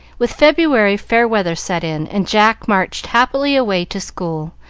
with february fair weather set in, and jack marched happily away to school,